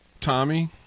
Tommy